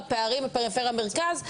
לפערים בפריפריה-מרכז.